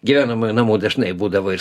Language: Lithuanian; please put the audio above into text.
gyvenamųjų namų dažnai būdavo ir